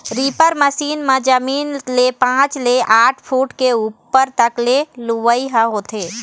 reaper machine म जमीन ले पाँच ले आठ फूट के उप्पर तक के लुवई ह होथे